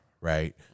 right